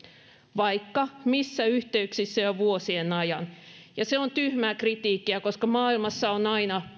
vaikka missä yhteyksissä jo vuosien ajan se on tyhmää kritiikkiä koska maailmassa on aina